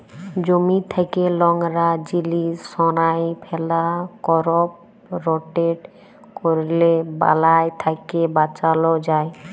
জমি থ্যাকে লংরা জিলিস সঁরায় ফেলা, করপ রটেট ক্যরলে বালাই থ্যাকে বাঁচালো যায়